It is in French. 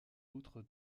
outre